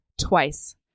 Twice